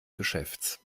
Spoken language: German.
geschäfts